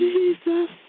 Jesus